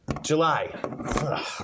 July